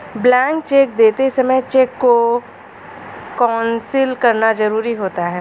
blank cheque देते समय cheque को कैंसिल करना जरुरी होता है